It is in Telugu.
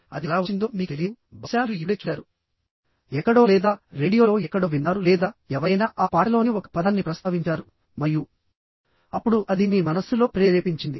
అది ఎలా వచ్చిందో మీకు తెలియదు బహుశా మీరు ఇప్పుడే చూశారు ఎక్కడో లేదా రేడియోలో ఎక్కడో విన్నారు లేదా ఎవరైనా ఆ పాటలోని ఒక పదాన్ని ప్రస్తావించారు మరియు అప్పుడు అది మీ మనస్సులో ప్రేరేపించింది